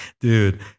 dude